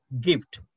gift